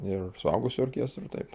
ir suaugusių orkestrui taip